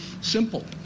Simple